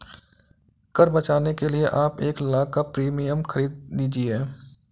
कर बचाने के लिए आप एक लाख़ का प्रीमियम खरीद लीजिए